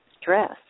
stress